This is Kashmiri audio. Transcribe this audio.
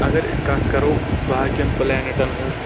اگر أسۍ کتھ کرو باقین پُلینِٹن ہٕنٛز